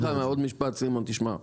אני אגיד עוד משפט סימון, תשמע,